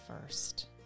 first